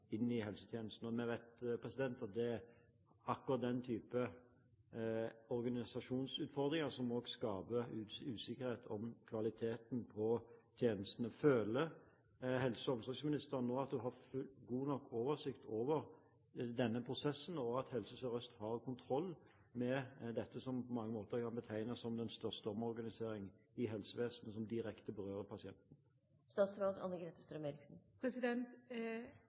inn i helsetjenesten. Vi vet at akkurat den typen organisasjonsutfordringer skaper usikkerhet om kvaliteten på tjenestene. Føler helse- og omsorgsministeren nå at hun har god nok oversikt over denne prosessen, og at Helse Sør-Øst har kontroll med dette, som på mange måter kan betegnes som den største omorganiseringen i helsevesenet som direkte berører